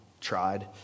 tried